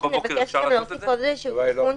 חשבנו להציע עוד תיקון,